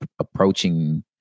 approaching